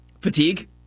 fatigue